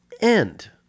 end